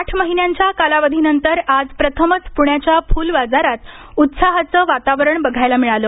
आठ महिन्यांच्या कालावधीनंतर आज प्रथमच प्ण्याच्या फुलबाजारात उत्साहाचं वातावरण बघायला मिळालं